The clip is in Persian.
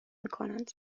میکنند